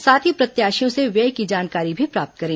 साथ ही प्रत्याशियों से व्यय की जानकारी भी प्राप्त करें